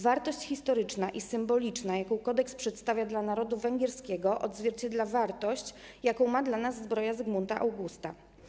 Wartość historyczna i symboliczna, jaką kodeks przedstawia dla narodu węgierskiego, odzwierciedla wartość, jaką ma dla nas zbroja Zygmunta Augusta.